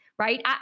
Right